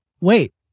Wait